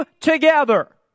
together